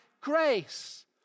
grace